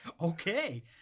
okay